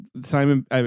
Simon